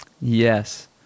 Yes